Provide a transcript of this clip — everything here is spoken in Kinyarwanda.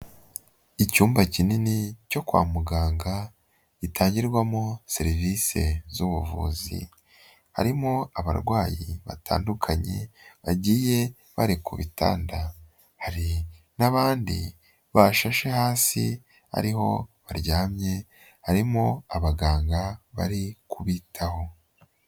Icyumba kinini cyo kwa muganga gitangirwamo serivise z'ubuvuzi, harimo abarwayi batandukanye bagiye bari ku bitanda, hari n'abandi bashashe hasi ariho baryamye harimo abaganga bari kubitaho.